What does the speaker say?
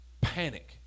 panic